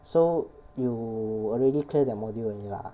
so you already clear that module already lah